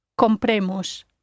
Compremos